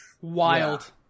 wild